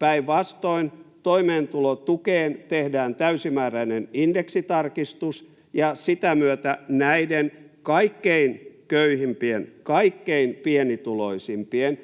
Päinvastoin toimeentulotukeen tehdään täysimääräinen indeksitarkistus, ja sitä myötä näiden kaikkein köyhimpien, kaikkein pienituloisimpien